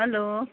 hello